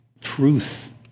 truth